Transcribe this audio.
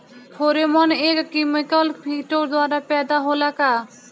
Pheromone एक chemical किटो द्वारा पैदा होला का?